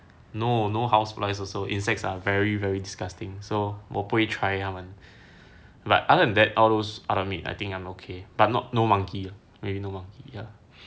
no no houseflies also insects are very very disgusting so 我不会 try 他们 like other than that all those other meat I think I'm okay but not no monkey maybe no monkey ya